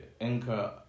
Anchor